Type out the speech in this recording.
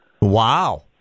Wow